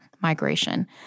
migration